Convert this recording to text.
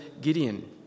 Gideon